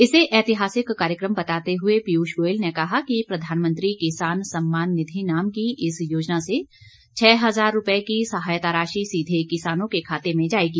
इसे ऐतिहासिक कार्यक्रम बताते हुए पीयूष गोयल ने कहा कि प्रधानमंत्री किसान सम्मान निधि नाम की इस योजना से छह हजार रुपये की सहायता राशि सीधे किसानों के खाते में जाएगी